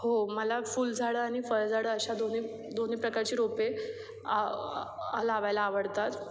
हो मला फुल झाडं आणि फळ झाडं अशा दोन्ही दोन्ही प्रकारची रोपे लावायला आवडतात